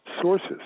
sources